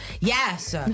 yes